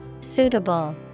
Suitable